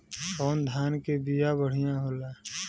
कौन धान के बिया बढ़ियां होला?